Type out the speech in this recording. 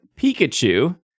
Pikachu